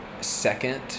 second